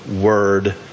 word